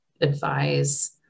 advise